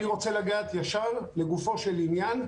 אני רוצה ללכת ישר לגופו של עניין,